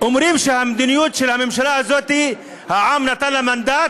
אומרים שהמדיניות של הממשלה הזאת, העם נתן לה מנדט